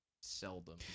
seldom